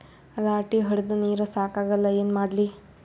ರಾಟಿ ಹೊಡದ ನೀರ ಸಾಕಾಗಲ್ಲ ಏನ ಮಾಡ್ಲಿ?